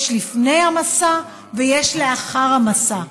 יש לפני המסע ויש לאחר המסע.